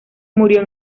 murió